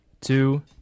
two